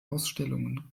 ausstellungen